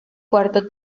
cuarto